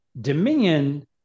dominion